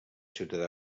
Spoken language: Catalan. ciutadà